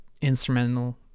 instrumental